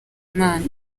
imana